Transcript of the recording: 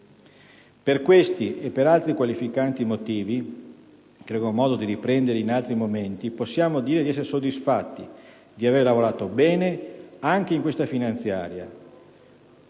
Per questi e altri qualificanti motivi, che avremo modo di riprendere in altri momenti, possiamo dire di essere soddisfatti e di aver lavorato bene anche in questa finanziaria,